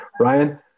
Ryan